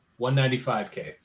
195k